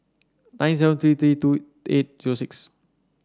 nine seven three three two eight zero six